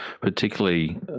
particularly